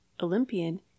Olympian